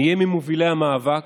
נהיה ממובילי המאבק,